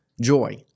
joy